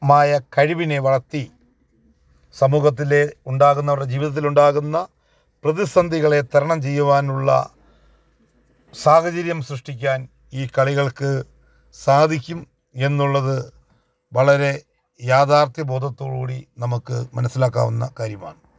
ആയ കഴിവിനെ വളർത്തി സമൂഹത്തിൽ ഉണ്ടാകുന്നവരുടെ ജീവിതത്തിൽ ഉണ്ടാകുന്ന പ്രതിസന്ധികളെ തരണം ചെയ്യുവാനുള്ള സാഹചര്യം സൃഷ്ടിക്കാൻ ഈ കളികൾക്ക് സാധിക്കും എന്നുള്ളത് വളരെ യാഥാർഥ്യ ബോധത്തോടു കൂടി നമുക്ക് മനസ്സിലാക്കാവുന്ന കാര്യമാണ്